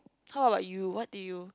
how about you what do you